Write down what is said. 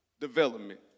development